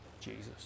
Jesus